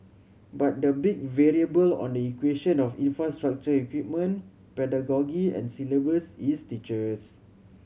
but the big variable in the equation of infrastructure equipment pedagogy and syllabus is teachers